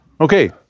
Okay